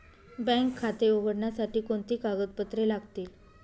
Bank खाते उघडण्यासाठी कोणती कागदपत्रे लागतील?